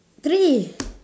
three